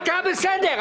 אתה בסדר.